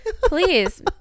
please